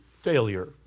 failure